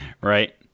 Right